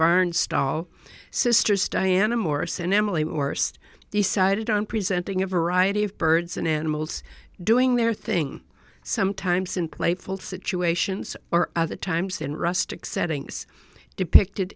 barn stall sisters diana morris and emily orse decided on presenting a variety of birds and animals doing their thing sometimes in playful situations or other times in rustic settings depicted